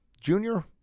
junior